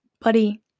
buddy